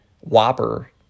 Whopper